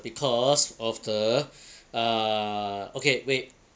because of the uh okay wait